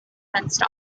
fenced